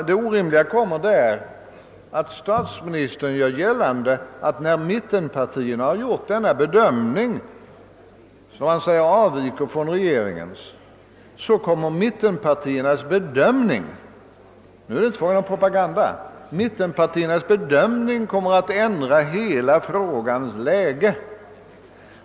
Det orimliga ligger däri att statsministern gör gällande att en bedömning som företagits av mittenpartierna och som han säger avviker från regeringens — nu är det inte längre fråga om propaganda från vårt håll — kommer att ändra hela frågans läge.